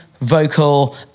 vocal